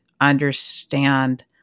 understand